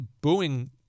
booing